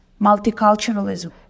multiculturalism